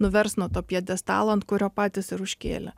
nuvers nuo to pjedestalo ant kurio patys ir užkėlė